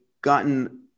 gotten